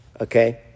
Okay